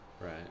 Right